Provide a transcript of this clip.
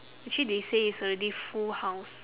actually they say it's already full house